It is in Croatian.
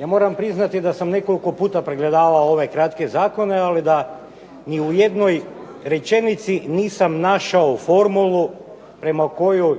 Ja moram priznati da sam nekoliko puta pregledavao ove kratke zakone ali da ni u jednoj rečenici nisam našao formulu prema kojoj